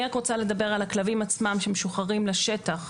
אני רק רוצה לדבר על הכלבים עצמם שמשוחררים לשטח,